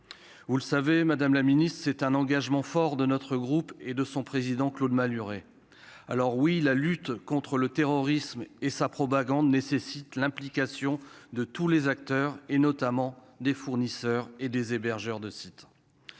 vous le savez madame la Ministre, c'est un engagement fort de notre groupe et de son président, Claude Malhuret, alors oui, la lutte contre le terrorisme et sa propagande nécessite l'implication de tous les acteurs et notamment des fournisseurs et des hébergeurs de sites